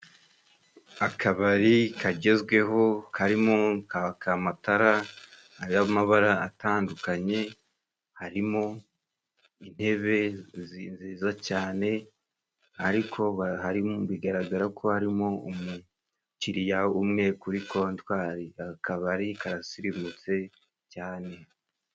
Akabari kagezweho karimo karaka amatara, ay'amabara atandukanye, harimo intebe nziza cyane, ariko bigaragara ko harimo umukiriya umwe kuri kontwari. Akabari karasirimutse cyane.